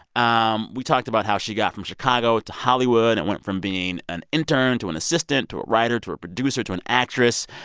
um we talked about how she got from chicago to hollywood and went from being an intern to an assistant to a writer to a producer to an actress.